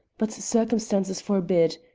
but circumstances forbid.